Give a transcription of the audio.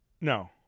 No